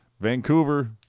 vancouver